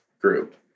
group